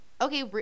Okay